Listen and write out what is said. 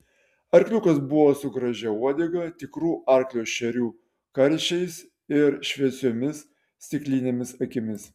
arkliukas buvo su gražia uodega tikrų arklio šerių karčiais ir šviesiomis stiklinėmis akimis